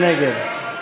מי נגד?